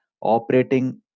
Operating